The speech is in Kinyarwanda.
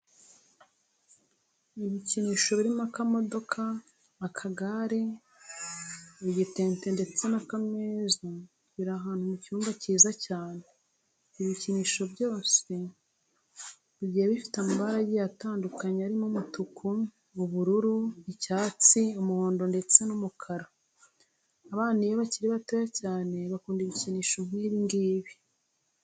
Ibikinisho birimo akamodoka, akagare, agitente ndetse n'akameza biri ahantu mu cyumba cyiza cyane. Ibi bikinisho byose bigiye bifite amabara agiye atandukanye arimo umutuku, ubururu, icyatsi, umuhondo ndetse n'umukara. Abana iyo bakiri batoya cyane bakunda ibikinisho nk'ibi ngibi.